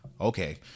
Okay